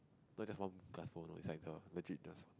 not just one glass bowl you know it's the legit does